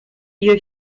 ihr